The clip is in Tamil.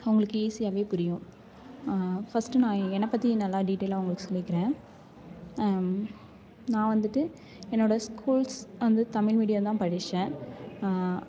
அவங்களுக்கு ஈஸியாவே புரியும் ஃபர்ஸ்ட் நான் என்னை பற்றி நல்லா டீடெயிலாக உங்களுக்கு சொல்லிக்கிறேன் நான் வந்துட்டு என்னோடய ஸ்கூல்ஸ் வந்து தமிழ் மீடியம் தான் படிச்சேன்